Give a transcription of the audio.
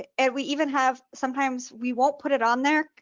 and we even have, sometimes we won't put it on there,